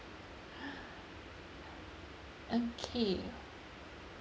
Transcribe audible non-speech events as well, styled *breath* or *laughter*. *breath* okay